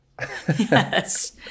Yes